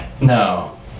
No